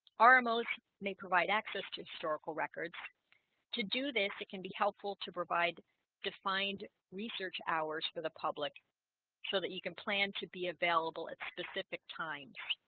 ah rmos may provide access to historical records to do this, it can be helpful to provide defined research hours for the public so that you can plan to be available at specific times